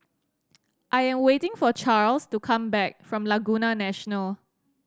I am waiting for Charles to come back from Laguna National